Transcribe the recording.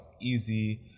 easy